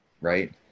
right